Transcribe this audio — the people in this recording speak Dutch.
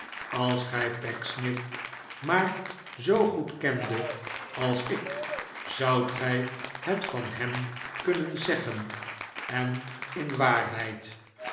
als gij pecksniff maar zoo goed kendet als ik zoudt gij het van hem kunnen zeggen en in waarheid